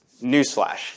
Newsflash